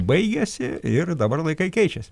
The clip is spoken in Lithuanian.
baigėsi ir dabar laikai keičiasi